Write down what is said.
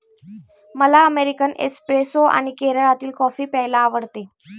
मला अमेरिकन एस्प्रेसो आणि केरळातील कॉफी प्यायला आवडते